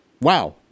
wow